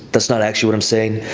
that's not actually what i'm saying.